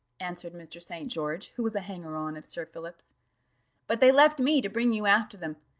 answered mr. st. george, who was a hanger-on of sir philip's but they left me to bring you after them.